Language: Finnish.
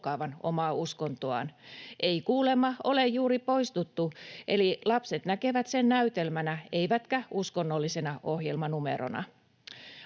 loukkaavan omaa uskontoaan. Ei kuulemma ole juuri poistuttu. Eli lapset näkevät sen näytelmänä eivätkä uskonnollisena ohjelmanumerona.